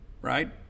right